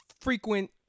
frequent